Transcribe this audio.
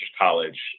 College